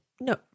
No